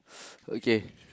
okay